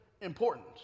important